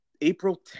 April